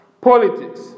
politics